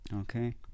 Okay